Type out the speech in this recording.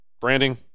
branding